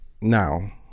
now